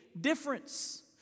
difference